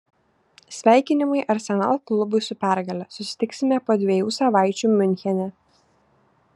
sveikinimai arsenal klubui su pergale susitiksime po dviejų savaičių miunchene